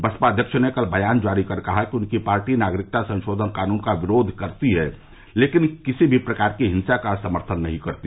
बसपा अध्यक्ष ने कल बयान जारी कर कहा कि उनकी पार्टी नागरिकता संशोधन कानून का विरोध करती है लेकिन किसी भी प्रकार की हिंसा का समर्थन नहीं करती